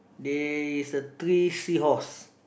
there is a three sea horse